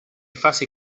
faci